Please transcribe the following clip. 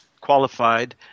qualified